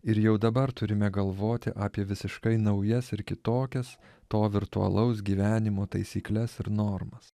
ir jau dabar turime galvoti apie visiškai naujas ir kitokias to virtualaus gyvenimo taisykles ir normas